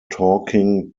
talking